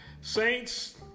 Saints